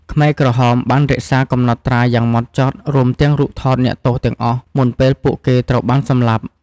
ខ្មែរក្រហមបានរក្សាកំណត់ត្រាយ៉ាងហ្មត់ចត់ រួមទាំងរូបថតអ្នកទោសទាំងអស់មុនពេលពួកគេត្រូវបានសម្លាប់។